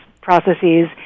processes